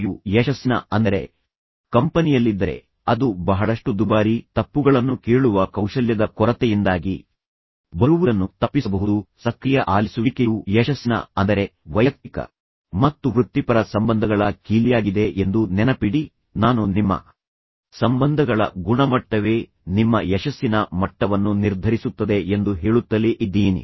ನೀವು ಒಂದು ಕಂಪನಿಯಲ್ಲಿದ್ದರೆ ಅದು ಬಹಳಷ್ಟು ದುಬಾರಿ ತಪ್ಪುಗಳನ್ನು ಕೇಳುವ ಕೌಶಲ್ಯದ ಕೊರತೆಯಿಂದಾಗಿ ಬರುವುದನ್ನು ತಪ್ಪಿಸಬಹುದು ಸಕ್ರಿಯ ಆಲಿಸುವಿಕೆಯು ಯಶಸ್ಸಿನ ಅಂದರೆ ವೈಯಕ್ತಿಕ ಮತ್ತು ವೃತ್ತಿಪರ ಸಂಬಂಧಗಳ ಕೀಲಿಯಾಗಿದೆ ಎಂದು ನೆನಪಿಡಿ ನಾನು ನಿಮ್ಮ ಸಂಬಂಧಗಳ ಗುಣಮಟ್ಟವೇ ನಿಮ್ಮ ಯಶಸ್ಸಿನ ಮಟ್ಟವನ್ನು ನಿರ್ಧರಿಸುತ್ತದೆ ಎಂದು ಹೇಳುತ್ತಲೇ ಇದ್ದೀನಿ